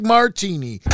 Martini